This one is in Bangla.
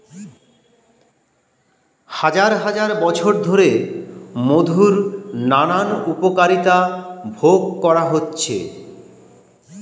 হাজার হাজার বছর ধরে মধুর নানান উপকারিতা ভোগ করা হচ্ছে